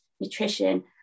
nutrition